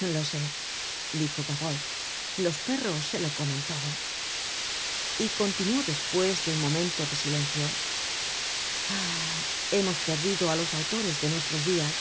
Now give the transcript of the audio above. nada lo sé dijo gavroche los perros se lo comen todo y continuó despues de un momento de silencio ah hemos perdido á los autores de nuestros dias